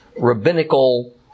rabbinical